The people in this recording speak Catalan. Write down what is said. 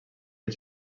els